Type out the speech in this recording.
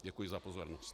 Děkuji za pozornost.